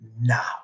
now